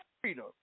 freedom